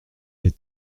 les